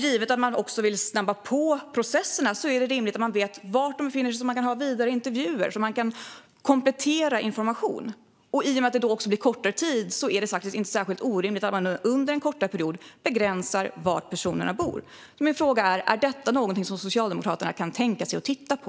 Givet att man vill snabba på processerna är det också rimligt att man vet var personer befinner sig så att man kan hålla vidare intervjuer och komplettera informationen. I och med att tiden då kortas ned är det inte orimligt att man, under en kortare period, begränsar var de får bo. Min fråga är: Är detta något som Socialdemokraterna kan tänka sig att titta på?